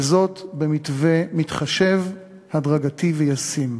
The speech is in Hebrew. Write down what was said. וזאת במתווה מתחשב, הדרגתי וישים.